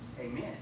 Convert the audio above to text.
amen